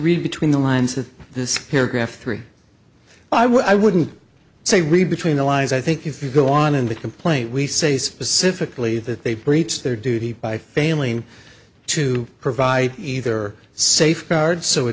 read between the lines of this paragraph three i wouldn't say read between the lines i think if you go on in the complaint we say specifically that they breached their duty by failing to provide either safeguard so it